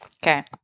Okay